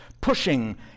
pushing